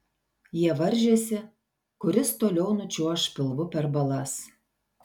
jie varžėsi kuris toliau nučiuoš pilvu per balas